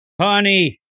honey